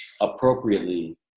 appropriately